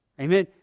Amen